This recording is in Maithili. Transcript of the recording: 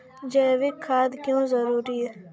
जैविक खाद क्यो जरूरी हैं?